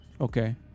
Okay